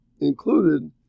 included